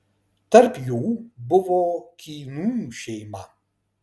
tarp jų buvo kynų šeima